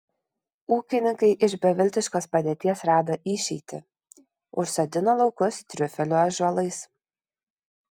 ūkininkai iš beviltiškos padėties rado išeitį užsodino laukus triufelių ąžuolais